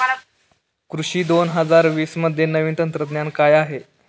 कृषी दोन हजार वीसमध्ये नवीन तंत्रज्ञान काय आहे?